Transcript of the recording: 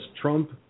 Trump